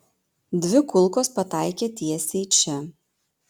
dvi kulkos pataikė tiesiai į čia